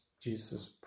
Jesus